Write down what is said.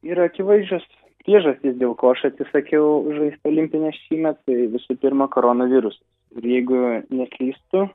yra akivaizdžios priežastys dėl ko aš atsisakiau žaisti olimpines šįmet tai visų pirma koronavirusas ir jeigu neklystu